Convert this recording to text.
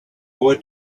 boy